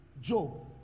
Job